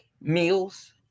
meals